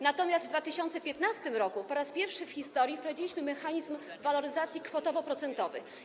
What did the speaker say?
Natomiast w 2015 r. po raz pierwszy w historii wprowadziliśmy mechanizm waloryzacji kwotowo-procentowej.